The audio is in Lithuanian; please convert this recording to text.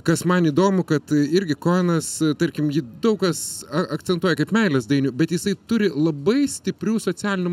kas man įdomu kad irgi koenas tarkim jį daug kas akcentuoja kaip meilės dainių bet jisai turi labai stiprių socialinių